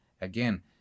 Again